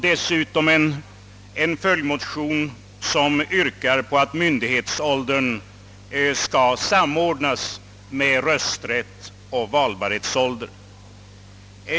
Dessutom yrkas i en följdmotion att myndighetsåldern skall samordnas med rösträttsoch valbarhetsåldern.